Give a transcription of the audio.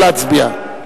נא להצביע.